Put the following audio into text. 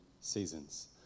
seasons